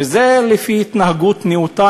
וזה לפי התנהגות נאותה,